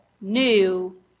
new